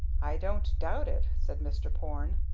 i don't doubt it! said mr. porne.